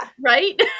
right